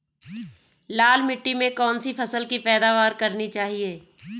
लाल मिट्टी में कौन सी फसल की पैदावार करनी चाहिए?